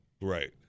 Right